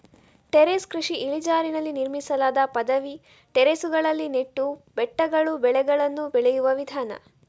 terrace ಕೃಷಿ ಇಳಿಜಾರಿನಲ್ಲಿ ನಿರ್ಮಿಸಲಾದ ಪದವಿ ಟೆರೇಸುಗಳಲ್ಲಿ ನೆಟ್ಟು ಬೆಟ್ಟಗಳು ಬೆಳೆಗಳನ್ನು ಬೆಳೆಯುವ ವಿಧಾನ